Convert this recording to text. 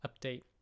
update